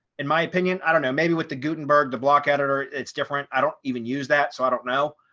in my opinion, i don't know maybe with the gutenberg, the block editor, it's different. i don't even use that. so i don't know.